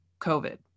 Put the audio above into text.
COVID